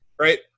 Right